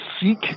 seek